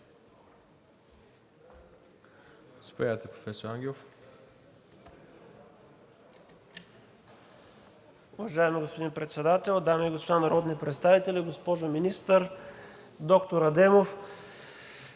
госпожо Министър! Доктор Адемов,